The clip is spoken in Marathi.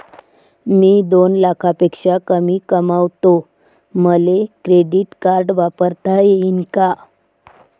मी दोन लाखापेक्षा कमी कमावतो, मले क्रेडिट कार्ड वापरता येईन का?